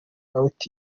about